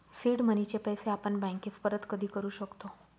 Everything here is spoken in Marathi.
सीड मनीचे पैसे आपण बँकेस परत कधी करू शकतो